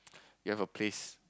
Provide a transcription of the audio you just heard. you have a place